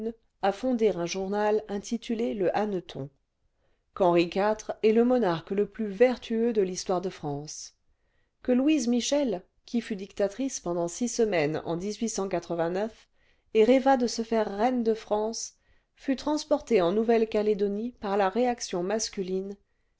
à fonder un journal intitulé le hanneton qu'henri iv est le monarque le plus vertueux de l'histoire de france que louise'michel qui fut dictatrice pendant six semaines en et rêva de se faire reine de france fut transportée en nouvelle calédonie par la réaction masculine